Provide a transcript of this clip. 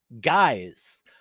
guys